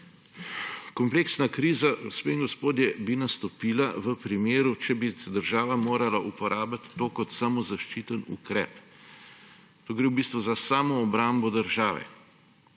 Kompleksna kriza, gospe in gospodje, bi nastopila v primeru, če bi država morala uporabiti to kot samozaščitni ukrep. To gre v bistvu za samoobrambo države.